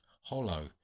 Hollow